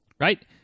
Right